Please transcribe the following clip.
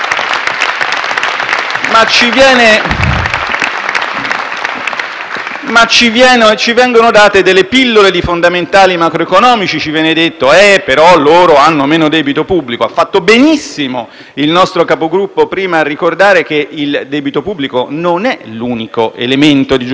Ma ci vengono date pillole di fondamentali macroeconomici: ci viene detto che però loro hanno meno debito pubblico. Ha fatto benissimo il nostro Capogruppo, prima, a ricordare che il debito pubblico non è l'unico elemento di giudizio di un sistema economico: esiste, per esempio, anche il debito estero.